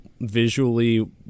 Visually